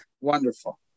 Wonderful